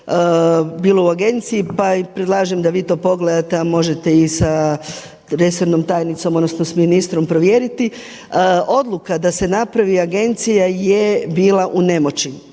bilo u Agenciji, pa i predlažem da vi to pogledate, a možete i sa resornom tajnicom odnosno sa ministrom provjeriti. Odluka da se napravi Agencija je bila u nemoći.